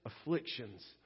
afflictions